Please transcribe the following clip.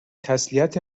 تسلیت